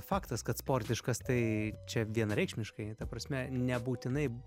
faktas kad sportiškas tai čia vienareikšmiškai ta prasme nebūtinai